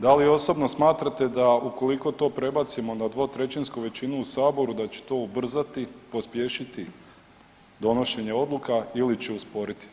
Da li osobno smatrate da ukoliko to prebacimo na dvotrećinsku većinu u Saboru da će to ubrzati, pospješiti donošenje odluka ili će usporiti.